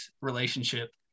relationship